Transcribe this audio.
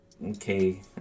okay